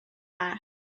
back